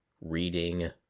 reading